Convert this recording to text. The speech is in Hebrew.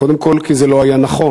קודם כול, כי זה לא היה נכון.